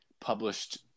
published